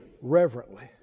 Reverently